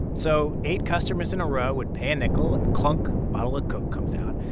so eight customers in a row would pay a nickel, and clunk, bottle of coke comes out.